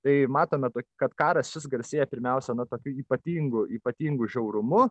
tai matome tai kad karas šis garsėja pirmiausia na tokiu ypatingu ypatingu žiaurumu